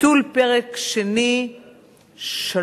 (ביטול פרק שני 3),